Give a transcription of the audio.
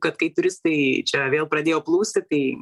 kad kai turistai čia vėl pradėjo plūsti kai